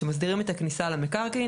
שמסדירים את הכניסה למקרקעין.